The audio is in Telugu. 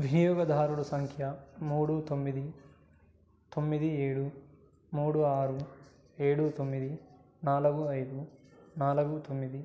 వినియోగదారులు సంఖ్య మూడు తొమ్మిది తొమ్మిది ఏడు మూడు ఆరు ఏడు తొమ్మిది నాలుగు ఐదు నాలుగు తొమ్మిది